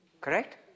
Correct